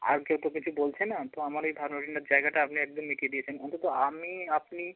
আর কেউ তো কিছু বলছে না তো আমার এই ধারণা ওই জন্য জায়গাটা আপনি একদম মিটিয়ে দিয়েছেন অন্তত আমি আপনি